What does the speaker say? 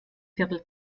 viertel